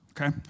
Okay